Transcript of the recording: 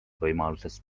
võimalusest